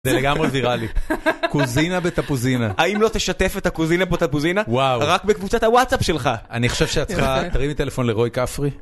זה לגמרי ויראלי, קוזינה בתפוזינה. האם לא תשתף את הקוזינה בתפוזינה... וואו רק בקבוצת הוואטסאפ שלך? אני חושב שאת צריכה, תרים לי טלפון לרועי כפרי.